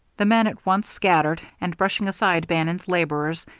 the men at once scattered, and brushing aside bannon's laborers,